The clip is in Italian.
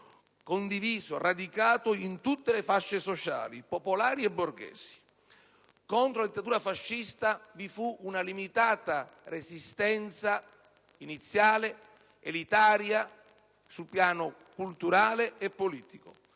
condiviso e radicato in tutte le fasce sociali, popolari e borghesi. Contro la dittatura fascista vi fu una limitata resistenza iniziale, elitaria sul piano culturale e politico.